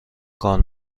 کار